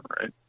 right